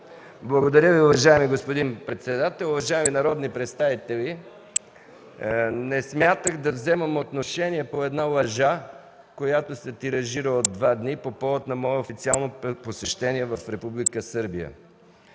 Благодаря Ви, уважаеми господин председател. Уважаеми народни представители, не смятах да взимам отношение по една лъжа, която се тиражира от два дни по повод на мое официално посещение в Република